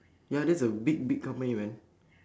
ya that's a big big company man